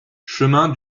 chemin